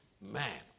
man